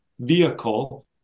vehicle